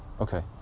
Okay